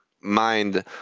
mind